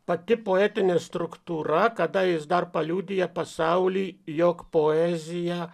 pati poetinė struktūra kada jis dar paliudija pasaulį jog poezija